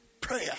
Prayer